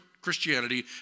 Christianity